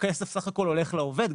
הכסף סך הכול הולך לעובד.